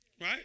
Right